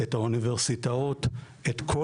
את האוניברסיטאות,